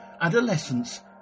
adolescence